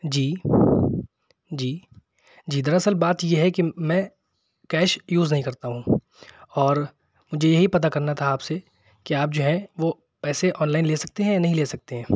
جی جی جی دراصل بات یہ ہے کہ میں کیش یوز نہیں کرتا ہوں اور مجھے یہی پتہ کرنا تھا آپ سے کہ آپ جو ہے وہ پیسے آنلائن لے سکتے ہیں یا نہیں لے سکتے ہیں